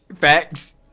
Facts